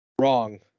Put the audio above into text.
Wrong